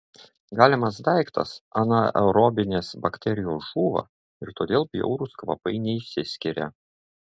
galimas daiktas anaerobinės bakterijos žūva ir todėl bjaurūs kvapai neišsiskiria